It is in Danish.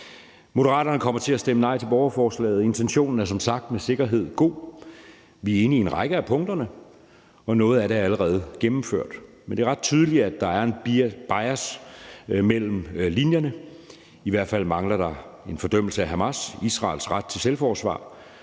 Moderaterne kommer til at stemme nej til borgerforslaget. Intentionen er som sagt med sikkerhed god. Vi er enige i en række af punkterne, og noget af det er allerede gennemført. Det er ret tydeligt, at der mellem linjerne er en bias. I hvert fald mangler der en fordømmelse af Hamas og en anerkendelse af Israels ret til selvforsvar,